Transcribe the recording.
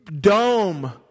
dome